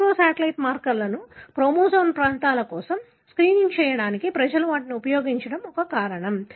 microsatellite మార్కర్లను chromosomal ప్రాంతాల కోసం స్క్రీనింగ్ చేయడానికి ప్రజలు వాటిని ఉపయోగించడం ఒక కారణం